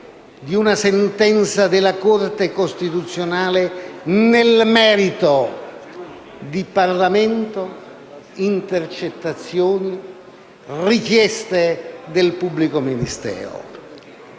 di una sentenza della Corte costituzionale nel merito di Parlamento, intercettazioni e richieste del pubblico ministero.